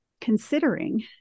considering